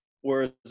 Whereas